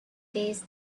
days